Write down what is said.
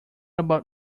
about